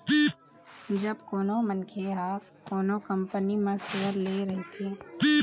जब कोनो मनखे ह कोनो कंपनी म सेयर ले रहिथे